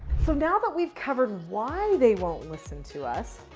so now that we've covered why they won't listen to us.